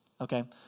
okay